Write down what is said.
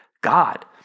God